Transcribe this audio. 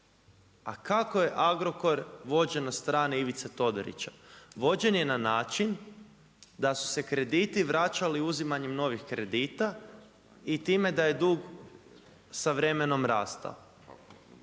A kako je Agrokor vođen od strane Ivice Todorića? Vođen je na način da su se krediti vraćali uzimanjem novih kredita i time da je dug sa vremenom rastao.